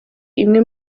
imwe